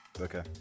Okay